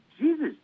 Jesus